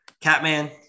Catman